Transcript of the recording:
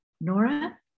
Nora